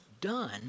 done